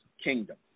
kingdom